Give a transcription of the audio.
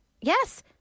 Yes